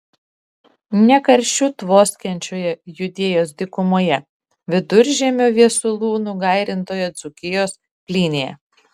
ne karščiu tvoskiančioje judėjos dykumoje viduržiemio viesulų nugairintoje dzūkijos plynėje